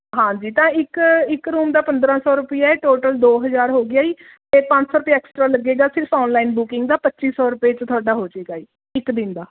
ਹਾਂਜੀ ਤਾਂ ਇੱਕ ਇੱਕ ਰੂਮ ਦਾ ਪੰਦਰਾਂ ਸੌ ਰੁਪਈਆ ਹੈ ਟੋਟਲ ਦੋ ਹਜ਼ਾਰ ਹੋ ਗਿਆ ਜੀ ਅਤੇ ਪੰਜ ਸੌ ਰੁਪਿਆ ਐਕਸਟਰਾ ਲੱਗੇਗਾ ਸਿਰਫ ਔਨਲਾਈਨ ਬੁਕਿੰਗ ਦਾ ਪੱਚੀ ਸੌ ਰੁਪਏ 'ਚ ਤੁਹਾਡਾ ਹੋਜੇਗਾ ਜੀ ਇੱਕ ਦਿਨ ਦਾ